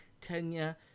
tenure